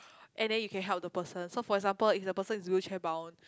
and then you can help the person so for example if the person is wheelchair bound